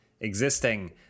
existing